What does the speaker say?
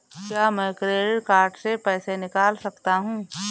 क्या मैं credit card से पैसे निकाल सकता हूँ?